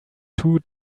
two